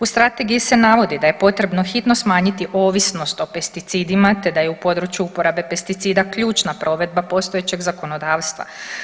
U strategiji se navodi da je potrebno hitno smanjiti ovisnost o pesticidima, te da je u području uporabe pesticida ključna provedba postojećeg zakonodavstva.